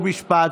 חוק ומשפט,